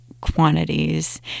quantities